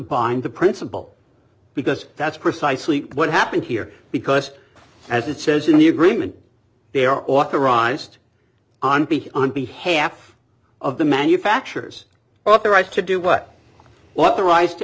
bind the principal because that's precisely what happened here because as it says in the agreement they are authorized on on behalf of the manufactures up their right to do what what the rise to